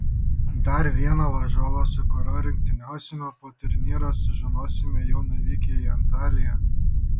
dar vieną varžovą su kuriuo rungtyniausime po turnyro sužinosime jau nuvykę į antaliją